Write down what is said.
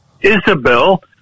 Isabel